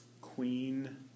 queen